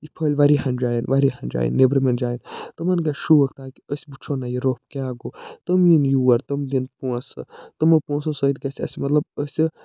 یہِ فہلہِ واریاہَن جایَن واریاہَن جایَن نیبرِمَن جایَن تِمَن گژھِ شوق تاکہِ أسۍ وٕچھَو نا یہِ روٚف کیٛاہ گوٚو تٔمۍ یِن یور تِم دِن پونٛسہٕ تِمَو پونٛسَو سۭتۍ گژھِ اَسہِ مطلب ٲسہِ